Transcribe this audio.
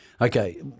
Okay